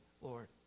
Lord